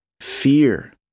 Fear